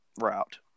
route